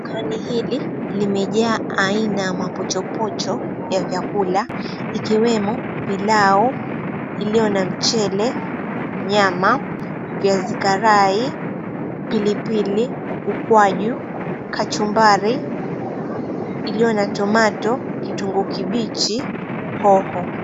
Sahani hili limejaa aina ya mapochopocho ya vyakula ikiwemo pilau iliyo na mchele, nyama, viazi karai, pilipili, ukwaju, kachumbari iliyo na tomato, kitunguu kibichi, hoho.